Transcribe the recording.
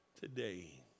today